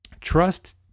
Trust